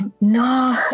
No